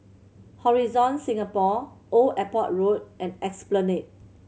Horizon Singapore Old Airport Road and Esplanade